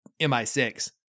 MI6